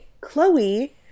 Chloe